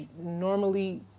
normally